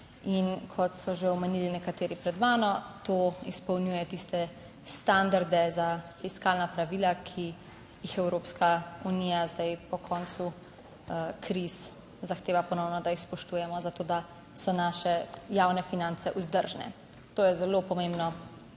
kot so že omenili nekateri pred mano, to izpolnjuje tiste standarde za fiskalna pravila, ki jih Evropska unija zdaj po koncu kriz zahteva ponovno, da jih spoštujemo, zato da so naše javne finance vzdržne. To je zelo pomembno